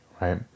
right